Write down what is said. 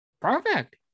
perfect